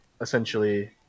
essentially